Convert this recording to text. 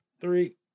three